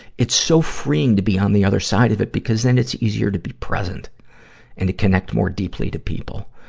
it's so freeing to be on the other side of it because then it's easier to be present and to connect more deeply to people.